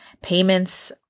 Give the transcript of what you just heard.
payments